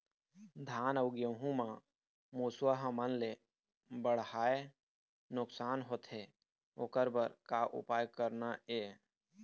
धान अउ गेहूं म मुसवा हमन ले बड़हाए नुकसान होथे ओकर बर का उपाय करना ये?